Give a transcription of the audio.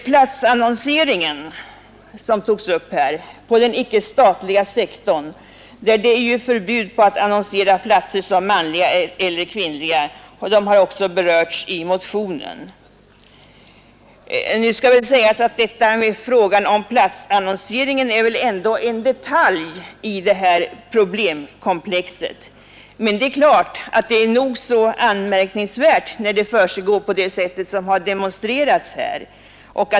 Platsannonseringen på den icke statliga sektorn, som tagits upp här, berörs också i motionen. På den statliga sektorn råder ju förbud mot att Nr 138 annonsera platser som manliga eller kvinnliga. Frågan om platsannonse Fredagen den ringen är väl en detalj i detta problemkomplex, men det är givetvis nog så 3 december 1971 anmärkningsvärt när annonseringen försiggår på det sätt som demonstre ——— rats här.